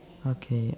okay